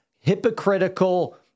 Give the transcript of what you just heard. hypocritical